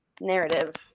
narrative